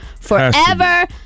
forever